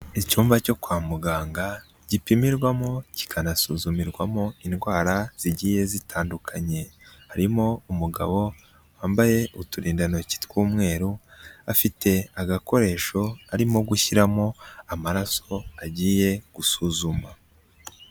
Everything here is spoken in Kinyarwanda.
Icyumba cyo kwa muganga gipimirwamo kikanasuzumirwamo indwara zigiye zitandukanye, harimo umugabo wambaye uturindantoki tw'umweru afite agakoresho arimo gushyiramo amaraso agiye gusuzuma.